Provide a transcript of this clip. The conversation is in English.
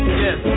yes